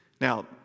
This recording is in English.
Now